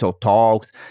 talks